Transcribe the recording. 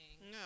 No